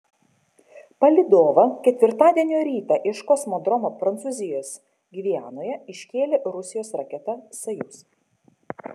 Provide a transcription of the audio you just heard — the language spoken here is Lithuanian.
palydovą ketvirtadienio rytą iš kosmodromo prancūzijos gvianoje iškėlė rusijos raketa sojuz